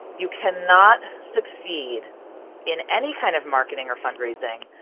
you cannot succeed in any kind of marketing or fundraising,